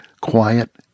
quiet